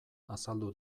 azaldu